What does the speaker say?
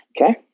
Okay